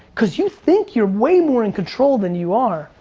because you think you're way more in control than you are.